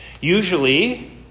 Usually